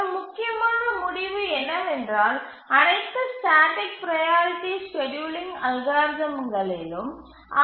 ஒரு முக்கியமான முடிவு என்னவென்றால் அனைத்து ஸ்டேட்டிக் ப்ரையாரிட்டி ஸ்கேட்யூலிங் அல்காரிதம்களிலும் ஆர்